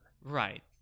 Right